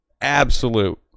absolute